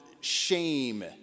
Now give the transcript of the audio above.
shame